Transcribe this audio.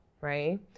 right